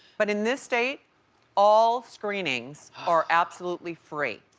but in this state all screenings are absolutely free.